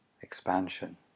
expansion